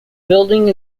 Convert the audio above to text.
building